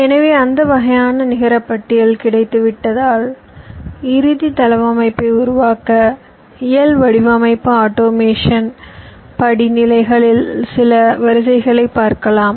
எனவே அந்த வகையான நிகர பட்டியல் கிடைத்துவிட்டதால் இறுதி தளவமைப்பை உருவாக்க இயல் வடிவமைப்பு ஆட்டோமேஷன் படிநிலைகளில் சில வரிசைகளை பார்க்கலாம்